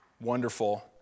wonderful